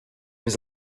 was